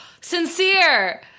sincere